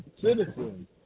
citizens